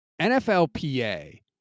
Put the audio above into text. NFLPA